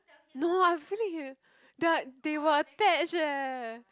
no I've a feeling he'll they are they were attached eh